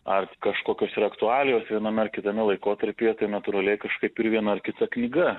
ar kažkokios yra aktualijos viename ar kitame laikotarpyje tai natūraliai kažkaip ir viena kita knyga